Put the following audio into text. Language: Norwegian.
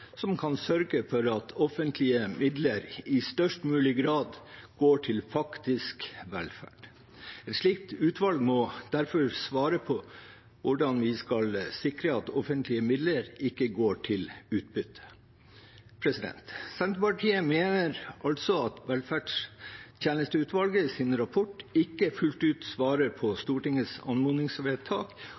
som kan sørge for at offentlige midler i størst mulig grad går til faktisk velferd. Et slikt utvalg må derfor svare på hvordan vi skal sikre at offentlige midler ikke går til utbytte. Senterpartiet mener altså at velferdstjenesteutvalget i sin rapport ikke fullt ut svarer på Stortingets anmodningsvedtak,